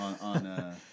on